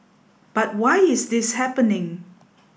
but why is this happening